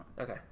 Okay